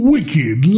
Wicked